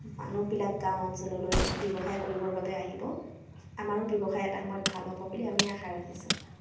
মানুহবিলাক গাঁও অঞ্চললৈ ব্যৱসায় কৰিবৰ বাবে আহিব আমাৰো ব্যৱসায় এটা সময়ত ভাল হ'ব বুলি আমি আশা ৰাখিছোঁ